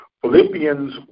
Philippians